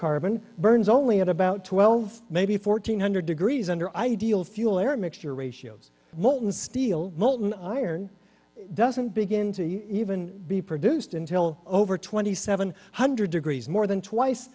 hydrocarbon burns only at about twelve maybe fourteen hundred degrees under ideal fuel air mixture ratios molten steel molten iron doesn't begin to even be produced until over twenty seven hundred degrees more than twice